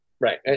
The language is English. Right